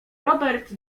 robert